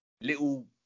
little